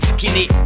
Skinny